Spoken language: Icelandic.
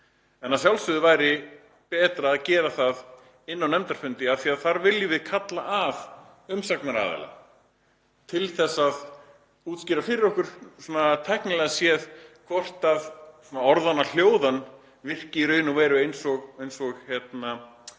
Að sjálfsögðu væri betra að gera það á nefndarfundi af því að þar viljum við kalla til umsagnaraðila til þess að útskýra fyrir okkur tæknilega séð hvort orðanna hljóðan virki í raun og veru eins og hún